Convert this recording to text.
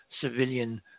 civilian